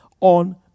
on